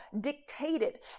dictated